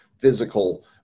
physical